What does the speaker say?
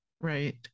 right